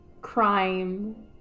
crime